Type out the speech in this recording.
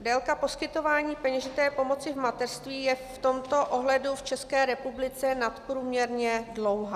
Délka poskytování peněžité pomoci v mateřství je v tomto ohledu v České republice nadprůměrně dlouhá.